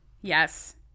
Yes